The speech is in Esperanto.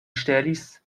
ŝtelis